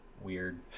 weird